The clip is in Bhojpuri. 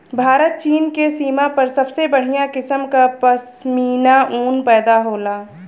भारत चीन के सीमा पर सबसे बढ़िया किसम क पश्मीना ऊन पैदा होला